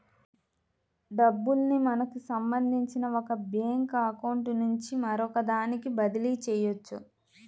డబ్బుల్ని మనకి సంబంధించిన ఒక బ్యేంకు అకౌంట్ నుంచి మరొకదానికి బదిలీ చెయ్యొచ్చు